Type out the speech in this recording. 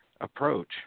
approach